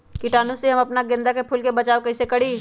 कीटाणु से हम अपना गेंदा फूल के बचाओ कई से करी?